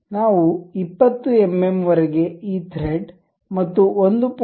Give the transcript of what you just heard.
ನಾವು 20 ಎಂಎಂ ವರೆಗೆ ಈ ಥ್ರೆಡ್ ಮತ್ತು 1